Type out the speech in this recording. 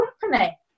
company